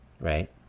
right